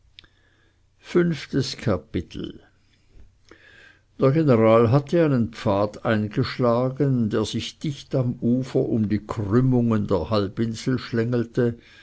fünftes kapitel der general hatte einen pfad eingeschlagen der sich dicht am ufer um die krümmungen der halbinsel schlängelte